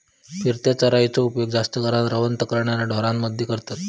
फिरत्या चराइचो उपयोग जास्त करान रवंथ करणाऱ्या ढोरांमध्ये करतत